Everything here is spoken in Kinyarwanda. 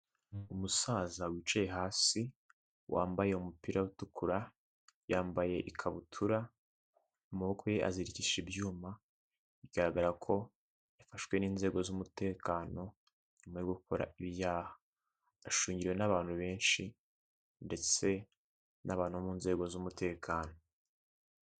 Umusaza wicaye hasi wambaye umupira utukura yambaye ikabutura amaboko ye azirikishije ibyuma, bigaragara ko yafashwe n'inzego z'umutekano nyuma yo gukora ibyaha, ashungiriwe n'abantu benshi ndetse n'abantu bo mu nzego z'umutekano.